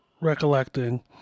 Recollecting